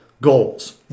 goals